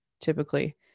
typically